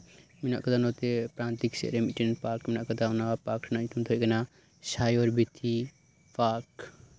ᱢᱮᱱᱟᱜ ᱟᱠᱟᱫᱟ ᱱᱚᱛᱮ ᱯᱨᱟᱱᱛᱤᱠ ᱥᱮᱫ ᱨᱮ ᱢᱤᱫᱴᱟᱝ ᱯᱟᱨᱠ ᱢᱮᱱᱟᱜ ᱟᱠᱟᱫᱟ ᱚᱱᱟ ᱯᱟᱨᱠ ᱨᱮᱭᱟᱜ ᱧᱩᱛᱩᱢ ᱫᱚ ᱦᱳᱭᱳᱜ ᱠᱟᱱᱟ ᱥᱟᱭᱮᱨ ᱵᱤᱛᱷᱤ ᱯᱟᱨᱠ